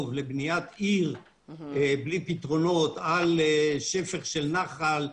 לבניית עיר בלי פתרונות על שפך של נחל,